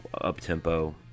up-tempo